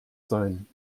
sein